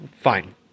fine